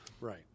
right